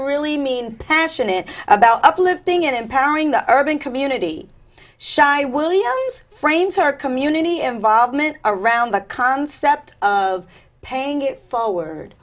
really mean passionate about uplifting and empowering the urban community shai williams frames her community involvement around the concept of paying it forward